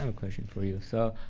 um question for you. so